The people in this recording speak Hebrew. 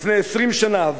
לפני 20 שנה,